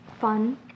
fun